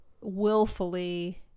willfully